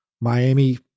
Miami